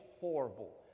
horrible